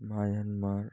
Myanmar